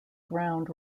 ground